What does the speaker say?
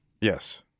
Yes